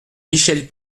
michel